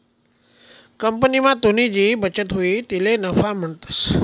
कंपनीमा तुनी जी बचत हुई तिले नफा म्हणतंस